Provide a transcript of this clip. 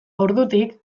ordutik